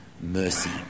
mercy